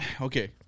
Okay